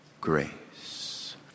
grace